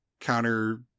counter